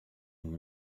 une